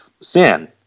sin